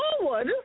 forward